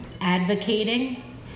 advocating